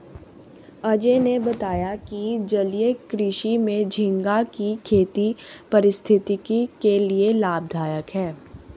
अजय ने बताया कि जलीय कृषि में झींगा की खेती पारिस्थितिकी के लिए लाभदायक है